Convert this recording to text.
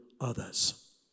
others